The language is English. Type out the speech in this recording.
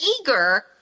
eager